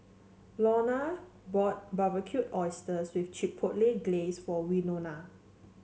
Launa bought Barbecued Oysters with Chipotle Glaze for Winona